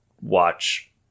watch